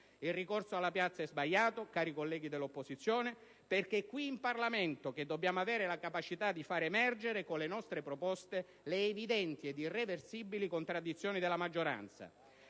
Il ricorso alla piazza è sbagliato, cari colleghi dell'opposizione, perché è qui in Parlamento che dobbiamo avere la capacità di far emergere, con le nostre proposte, le evidenti ed irreversibili contraddizioni della maggioranza.